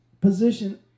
position